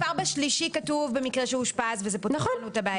כבר בשלישי כתוב "במקרה שאושפז" וזה פותר לנו את הבעיה.